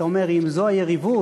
אתה אומר: אם זו היריבות,